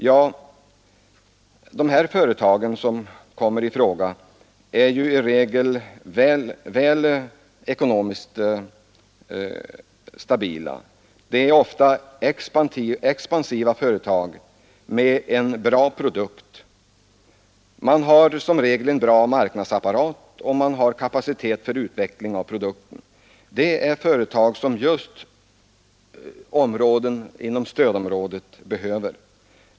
Ja, de företag som kommer i fråga är ju i regel ekonomiskt stabila. Det är ofta expansiva företag med en bra produkt. De har som regel en bra marknadsapparat och kapacitet för utveckling av produkten. Det är företag som just stödområdet behöver.